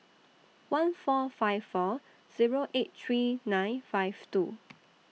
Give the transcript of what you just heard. one four five four Zero eight three nine five two